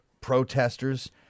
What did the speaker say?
protesters